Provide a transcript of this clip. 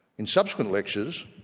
in subsequent lectures,